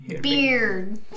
Beard